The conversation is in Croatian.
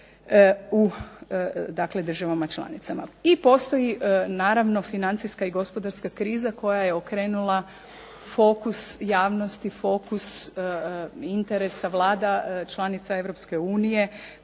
državama članicama, i postoji naravno financijska i gospodarska kriza koja je okrenula fokus javnosti, fokus interesa vlada članica